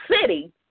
city